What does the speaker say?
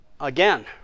Again